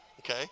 Okay